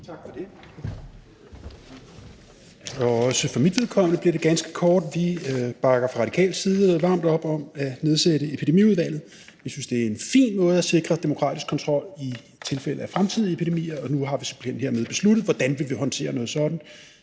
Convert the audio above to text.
(RV): Også for mit vedkommende bliver det ganske kort. Vi bakker fra radikal side varmt op om at nedsætte Epidemiudvalget. Vi synes, det er en fin måde at sikre demokratisk kontrol i tilfælde af fremtidige epidemier, og nu har vi simpelt hen hermed besluttet, hvordan vi vil håndtere noget sådant.